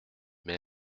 mais